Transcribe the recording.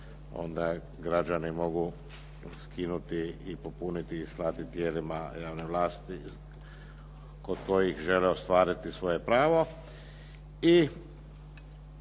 onda građani mogu skinuti i popuniti i slati tijelima javne vlasti kod kojih žele ostvariti svoje pravo.